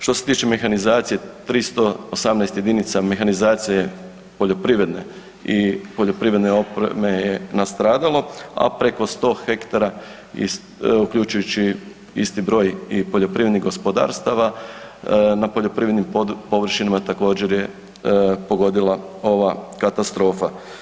Što se tiče mehanizacije 318 jedinica mehanizacije poljoprivredne i poljoprivredne opreme je nastradalo, a preko 100 hektara, uključujući isti broj i poljoprivrednih gospodarstava, na poljoprivrednim površinama također, je pogodila ova katastrofa.